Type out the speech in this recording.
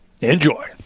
Enjoy